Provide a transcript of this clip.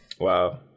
Wow